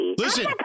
Listen